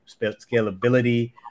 scalability